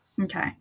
Okay